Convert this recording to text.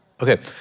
Okay